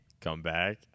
comeback